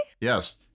Yes